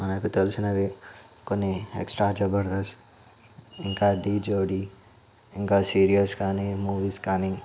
మనకు తెలిసినవి కొన్ని ఎక్స్ట్రా జబర్దస్త్ ఇంకా ఢీ జోడి ఇంకా సీరియల్స్ కానీ మూవీస్ కానీ